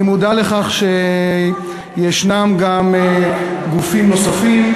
אני מודע לכך שישנם גם גופים נוספים,